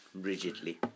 Rigidly